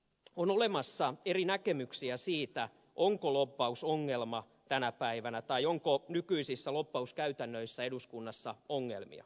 on olemassa eri näkemyksiä siitä onko lobbaus ongelma tänä päivänä tai onko nykyisissä lobbauskäytännöissä eduskunnassa ongelmia